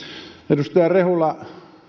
edustaja rehula